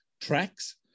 tracks